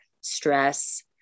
stress